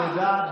תודה.